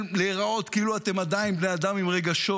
להיראות כאילו אתם עדיין בני אדם עם רגשות.